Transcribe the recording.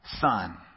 Son